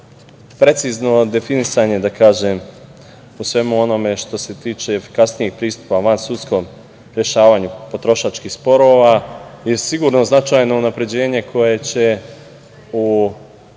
precizno definisanje, da kažem, o svemu onome što se tiče efikasnijeg pristupa vansudskom rešavanju potrošačkih sporova je sigurno značajno unapređenje koje će u nedostatku